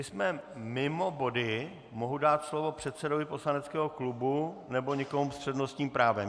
Jsme mimo body, mohu dát slovo předsedovi poslaneckého klubu nebo někomu s přednostním právem.